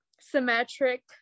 Symmetric